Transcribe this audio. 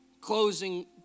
closing